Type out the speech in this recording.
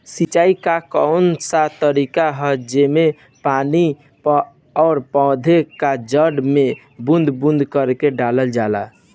सिंचाई क कउन सा तरीका ह जेम्मे पानी और पौधा क जड़ में बूंद बूंद करके डालल जाला?